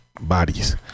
bodies